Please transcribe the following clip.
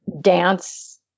dance